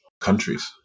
countries